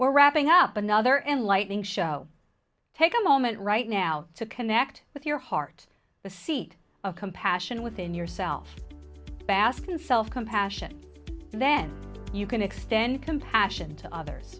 were wrapping up another enlightening show take a moment right now to connect with your heart the seed of compassion within yourself bask in self compassion then you can extend compassion to others